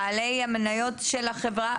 בעלי המניות של החברה?